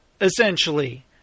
essentially